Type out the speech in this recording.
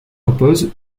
impose